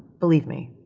believe me,